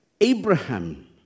Abraham